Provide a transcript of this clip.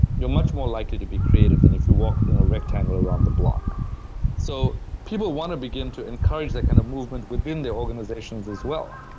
you're much more likely to be creative than if you walk in a rectangle around the block so people wanna begin to encourage that kind of movement within their organizations, as well.